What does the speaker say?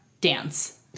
dance